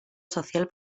social